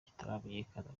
kitaramenyekana